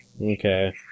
Okay